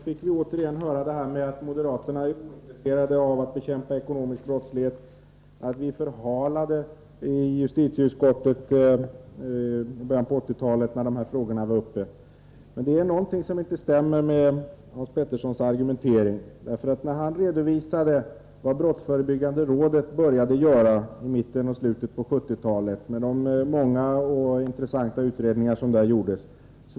Fru talman! Återigen har vi fått höra att moderaterna är ointresserade av att bekämpa den ekonomiska brottsligheten, att moderaterna i början av 1980-talet förhalade dessa frågor i justitieutskottet. Men det är någonting i Hans Petterssons i Helsingborg argumentering som inte stämmer. Han redogjorde för brottsförebyggande rådets arbete i mitten och i slutet av 1970-talet. Många och även intressanta utredningar gjordes.